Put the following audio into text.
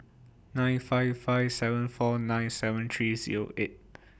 nine five five seven four nine seven three Zero eight